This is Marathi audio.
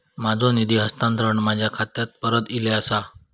माझो निधी हस्तांतरण माझ्या खात्याक परत इले आसा